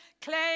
Claim